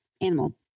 animal